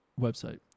website